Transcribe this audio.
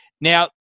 Now